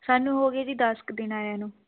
ਸਾਨੂੰ ਹੋ ਗਏ ਜੀ ਦਸ ਕ ਦਿਨ ਆਇਆ ਨੂੰ